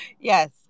Yes